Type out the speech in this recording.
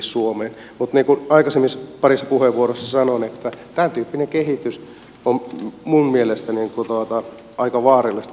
mutta niin kuin aikaisemmissa parissa puheenvuorossa sanoin niin tämän tyyppinen kehitys on minun mielestäni aika vaarallista